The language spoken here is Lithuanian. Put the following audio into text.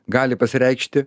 gali pasireikšti